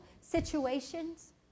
situations